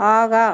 ஆஹா